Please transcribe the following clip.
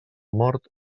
mort